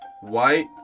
White